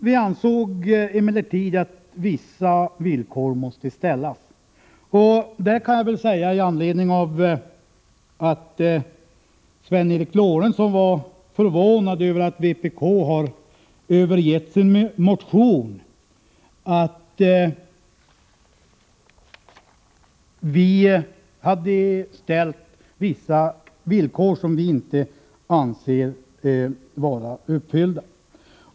Vi ansåg emellertid att vissa villkor måste ställas. Med anledning av att Sven Eric Lorentzon var förvånad över att vpk har övergett sin motion kan jag säga att vi hade ställt vissa villkor som vi inte ansåg var uppfyllda.